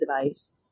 device